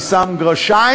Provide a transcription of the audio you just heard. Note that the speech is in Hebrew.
ואני שם מירכאות,